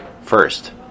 first